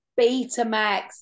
Betamax